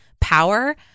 power